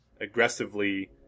aggressively